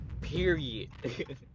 Period